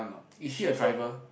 she's in